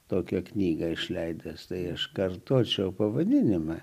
tokią knygą išleidęs tai aš kartočiau pavadinimą